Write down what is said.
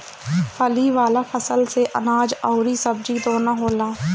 फली वाला फसल से अनाज अउरी सब्जी दूनो होला